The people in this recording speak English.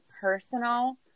personal